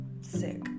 sick